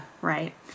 right